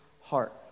heart